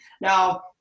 Now